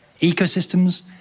Ecosystems